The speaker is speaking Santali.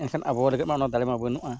ᱮᱱᱠᱷᱟᱱ ᱟᱵᱚ ᱞᱟᱹᱜᱤᱫ ᱢᱟ ᱚᱱᱟ ᱫᱟᱲᱮ ᱢᱟ ᱵᱟᱹᱱᱩᱜᱼᱟ